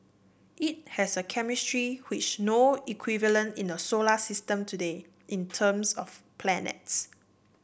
it has a chemistry which no equivalent in the solar system today in terms of planets